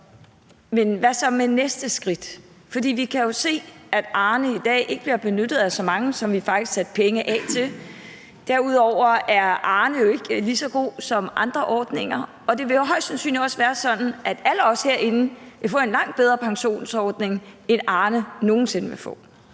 Men hvad så med det næste skridt? For vi kan jo se, at Arnepensionen i dag ikke bliver benyttet af så mange, som vi faktisk satte penge af til. Derudover er Arnepensionen jo ikke lige så god som andre ordninger, og det vil jo højst sandsynligt også være sådan, at alle os herinde vil få en langt bedre pensionsordning, end Arne nogen sinde vil få.